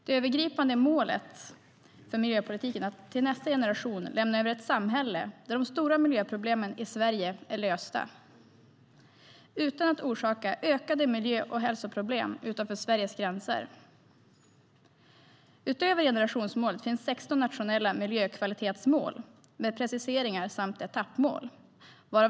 Det övergripande målet för miljöpolitiken är att till nästa generation lämna över ett samhälle där de stora miljöproblemen i Sverige är lösta utan att orsaka ökade miljö och hälsoproblem utanför Sveriges gränser. Utöver generationsmålet finns 16 nationella miljökvalitetsmål med preciseringar samt etappmål.